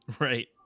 right